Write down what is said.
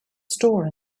store